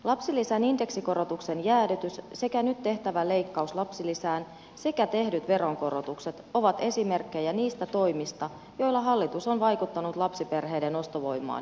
lapsilisän indeksikorotuksen jäädytys sekä nyt tehtävä leikkaus lapsilisään sekä tehdyt veronkorotukset ovat esimerkkejä niistä toimista joilla hallitus on vaikuttanut lapsiperheiden ostovoimaan heikentävästi